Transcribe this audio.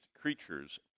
creatures